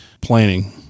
planning